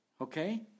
okay